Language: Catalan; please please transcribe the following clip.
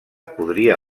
podria